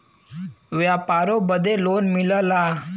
व्यापारों बदे लोन मिलला